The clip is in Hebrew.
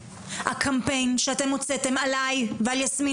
הקמפיין שאתם הוצאתם עלי ועל יסמין